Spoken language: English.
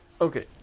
Okay